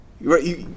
Right